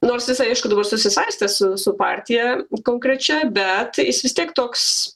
nors jisai aišku dabar susisaistęs su su partija konkrečia bet jis vis tiek toks